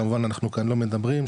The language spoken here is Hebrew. כמובן אנחנו כאן לא מדברים,